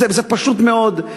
זה פשוט מאוד.